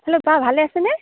hello বা ভালে আছেনে